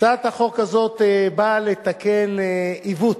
הצעת החוק הזאת באה לתקן עיוות,